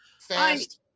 fast